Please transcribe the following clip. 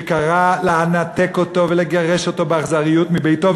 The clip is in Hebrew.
שקרא לנתק אותו ולגרש אותו באכזריות מביתו,